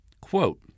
Quote